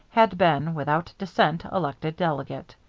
had been, without dissent, elected delegate.